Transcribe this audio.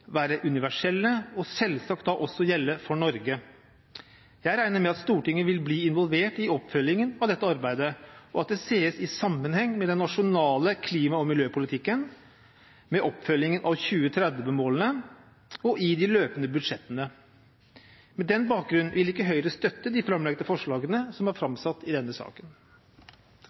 være universelle og selvsagt også gjelde for Norge. Jeg regner med at Stortinget vil bli involvert i oppfølgingen av dette arbeidet, og at det ses i sammenheng med den nasjonale klima- og miljøpolitikken, med oppfølgingen av 2030-målene og i de løpende budsjettene. På den bakgrunn vil ikke Høyre støtte de forslagene som er